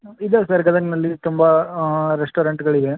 ಇದ್ದಾವೆ ಸರ್ ಗದಗಿನಲ್ಲಿ ತುಂಬ ರೆಸ್ಟೋರೆಂಟ್ಗಳಿವೆ